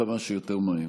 וכמה שיותר מהר.